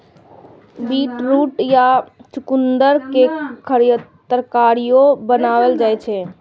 beetroot या चुकंदर के तरकारियो बनाएल जाइ छै